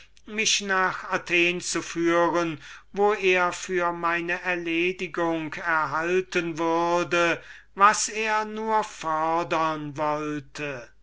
mich nach athen zu führen wo er für meine erledigung erhalten würde was er nur fodern wollte